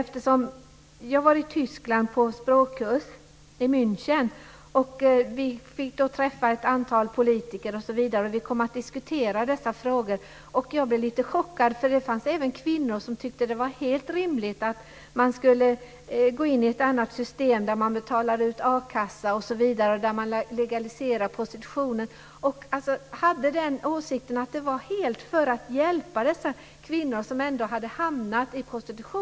Jag har varit i Tyskland, i München, på språkkurs. Jag träffade då ett antal politiker. Vi kom att diskutera dessa frågor. Jag blev lite chockad över att det även fanns kvinnor som tyckte att det var helt rimligt att man skulle ha ett annat system där man legaliserar prostitution, betalar ut akassa osv. De hade den åsikten att det skulle vara till för att hjälpa de kvinnor som hamnat i prostitution.